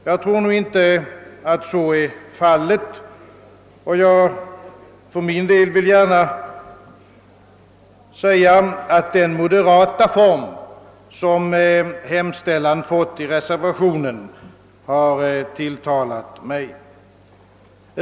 Jag tror inte att så är fallet, och jag vill gärna säga, att den moderata form som reservationens hemställan fått har tilltalat mig.